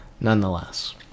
nonetheless